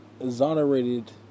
exonerated